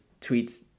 tweets